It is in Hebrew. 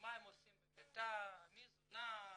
מה הם עושים במיטה, מי זונה,